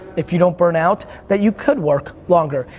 if you don't burn out, that you could work longer.